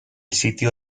sitio